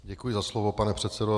Děkuji za slovo, pane předsedo.